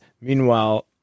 Meanwhile